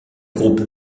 groupe